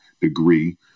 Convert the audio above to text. degree